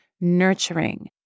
nurturing